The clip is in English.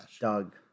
Doug